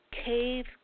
Cave